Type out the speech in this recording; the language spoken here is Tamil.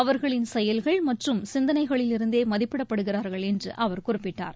அவர்களின் செயல்கள் மற்றும் சிந்தனைகளிலிருந்தே மதிப்பிடப்படுகிறார்கள் என்று அவர் குறிப்பிட்டார்